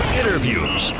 interviews